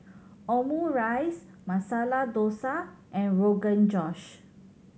Omurice Masala Dosa and Rogan Josh